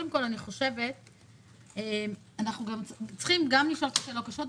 מחד אנחנו צריכים גם לשאול שאלות קשות,